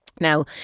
Now